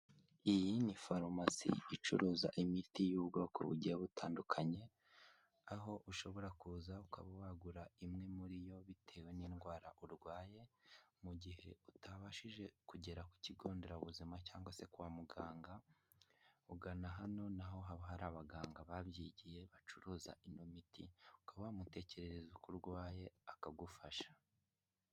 Ifarumasi icuruza imiti y'ubwoko bugiye butandukanye aho ushobora kuza ukaba wagura imwe muri yo bitewe n'indwara urwaye mu gihe utabashije kugera ku kigo nderabuzima cyangwa se kwa muganga ugana hano naho haba hari abaganga babyigiye bacuruza ino miti ukaba wamutekerereza uko urwaye akagufasha.